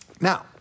now